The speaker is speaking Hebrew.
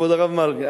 כבוד הרב מרגי,